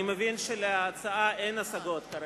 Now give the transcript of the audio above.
אני מבין שאין להצעה השגות,